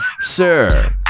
Sir